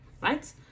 right